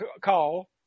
call